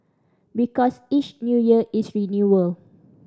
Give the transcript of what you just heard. because each New Year is renewal